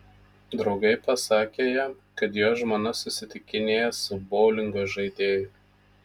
draugai pasakė jam kad jo žmona susitikinėjo su boulingo žaidėju